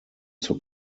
zur